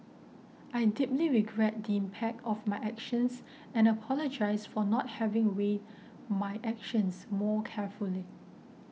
I deeply regret the impact of my actions and apologise for not having weighed my actions more carefully